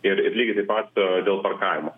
ir ir lygiai taip pat dėl parkavimo